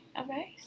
Okay